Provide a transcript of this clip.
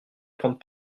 prendre